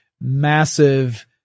massive